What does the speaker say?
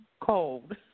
cold